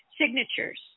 signatures